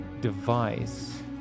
device